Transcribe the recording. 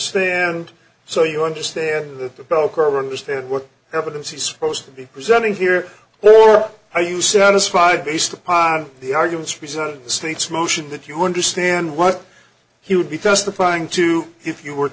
stand so you understand that the bell curve understand what evidence is supposed to be presenting here or are you satisfied based upon the arguments presented seats motion that you understand what he would be testifying to if you were